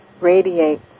radiate